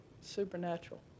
Supernatural